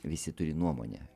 visi turi nuomonę